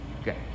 Okay